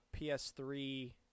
PS3